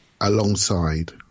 alongside